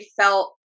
felt